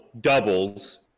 doubles